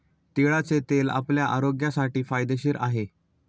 तिळाचे तेल आपल्या आरोग्यासाठी फायदेशीर आहे